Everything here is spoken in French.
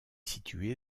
située